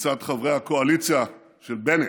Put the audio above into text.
מצד חברי הקואליציה של בנט.